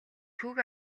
хүүгээ